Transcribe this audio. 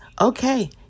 Okay